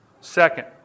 Second